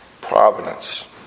providence